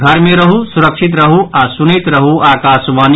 घर मे रहू सुरक्षित रहू आ सुनैत रहू आकाशवाणी